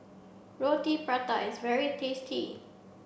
Roti Prata is very tasty